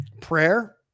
Prayer